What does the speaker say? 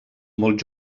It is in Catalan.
molt